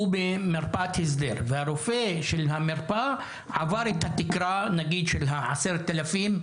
הוא במרפאת הסדר והרופא של המרפאה עבר את התקרה של ה-10,000.